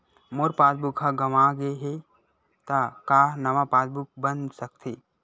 मोर passbook ह गंवा गे हे त का नवा पास बुक बन सकथे?